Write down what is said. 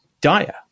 dire